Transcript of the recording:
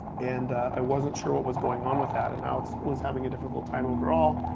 and i wasn't sure what was going on with that. and alex was having a difficult time overall,